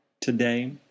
today